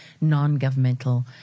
non-governmental